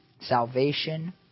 salvation